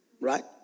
right